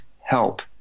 help